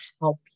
help